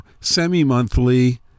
semi-monthly